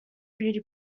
beauty